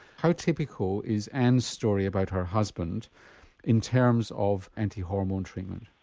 how typical is ann's story about her husband in terms of anti-hormone treatment?